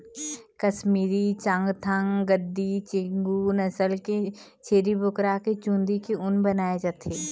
कस्मीरी, चाँगथाँग, गद्दी, चेगू नसल के छेरी बोकरा के चूंदी के ऊन बनाए जाथे